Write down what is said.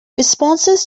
responses